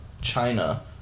China